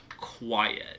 quiet